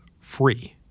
free